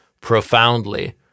profoundly